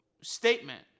statement